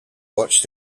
watched